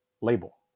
label